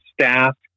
staff